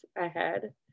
ahead